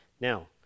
Now